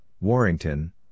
Warrington